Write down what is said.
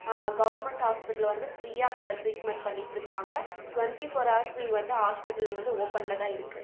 government ஹாஸ்பிட்டலில் வந்து ஃப்ரீயாக ட்ரீட்மெண்ட் பண்ணிகிட்ருக்காங்க டுவென்ட்டி ஃபோர் ஹார்ஸு இங்கே வந்து ஹாஸ்பிட்டலு இங்கே வந்து ஓப்பனில் தான் இருக்கு